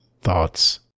Thoughts